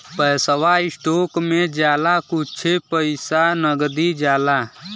पैसवा स्टोक मे जाला कुच्छे पइसा नगदी जाला